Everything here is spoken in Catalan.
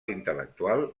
intel·lectual